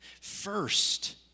First